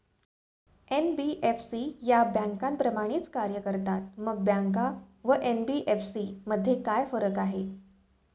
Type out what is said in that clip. NBFC या बँकांप्रमाणेच कार्य करतात, मग बँका व एन.बी.एफ.सी मध्ये काय फरक आहे?